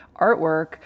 artwork